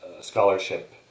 scholarship